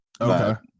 Okay